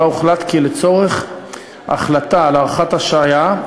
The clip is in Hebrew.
הוחלט כי לצורך החלטה על הארכת ההשעיה,